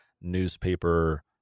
newspaper